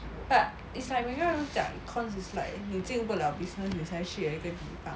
but 每个人都讲 econs is like 你进不 liao business 你才去的一个地方